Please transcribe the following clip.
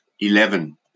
Eleven